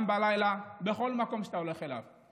גם בלילה, בכל מקום שאתה הולך אליו.